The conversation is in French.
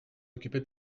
occuper